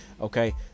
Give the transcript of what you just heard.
okay